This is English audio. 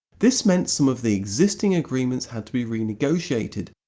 this meant some of the existing agreements had to be renegotiated,